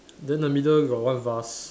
then the middle got one vase